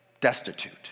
destitute